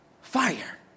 fire